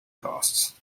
costs